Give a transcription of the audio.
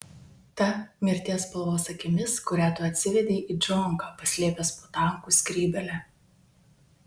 ta mirties spalvos akimis kurią tu atsivedei į džonką paslėpęs po tankų skrybėle